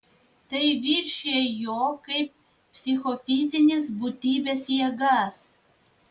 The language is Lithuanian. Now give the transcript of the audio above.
tai viršija jo kaip psichofizinės būtybės jėgas